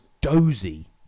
dozy